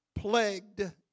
plagued